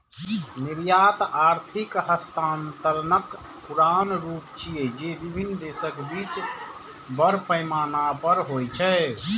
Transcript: निर्यात आर्थिक हस्तांतरणक पुरान रूप छियै, जे विभिन्न देशक बीच बड़ पैमाना पर होइ छै